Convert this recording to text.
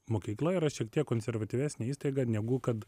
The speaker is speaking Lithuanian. mokykla yra šiek tiek konservatyvesnė įstaiga negu kad